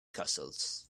castles